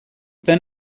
then